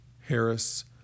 Harris